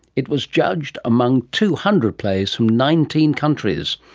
it was judged among two hundred plays from nineteen countries.